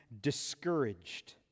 discouraged